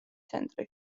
ცენტრი